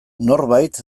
norbait